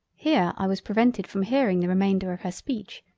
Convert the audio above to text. here i was prevented from hearing the remainder of her speech,